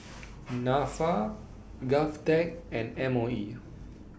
Nafa Govtech and M O E